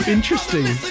Interesting